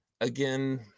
Again